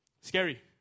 Scary